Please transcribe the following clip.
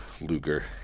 Luger